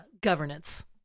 governance